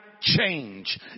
change